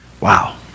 Wow